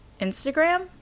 Instagram